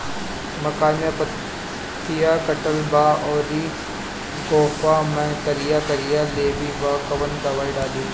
मकई में पतयी कटल बा अउरी गोफवा मैं करिया करिया लेढ़ी बा कवन दवाई डाली?